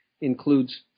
includes